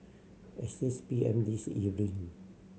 at six P M this evening